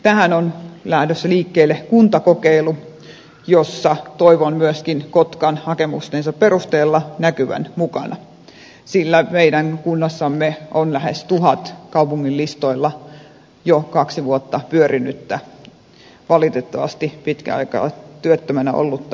tähän on lähdössä liikkeelle kuntakokeilu jossa toivon myöskin kotkan hakemustensa perusteella näkyvän mukana sillä meidän kunnassamme on lähes tuhat kaupungin listoilla jo kaksi vuotta pyörinyttä valitettavasti pitkäaikaistyöttömänä ollutta ihmistä